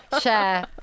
share